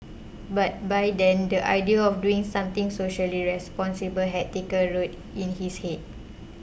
but by then the idea of doing something socially responsible had taken root in his head